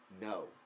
No